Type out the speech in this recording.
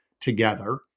Together